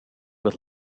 with